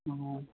हाँ